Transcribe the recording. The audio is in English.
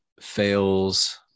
fails